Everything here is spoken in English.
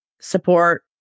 support